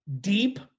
deep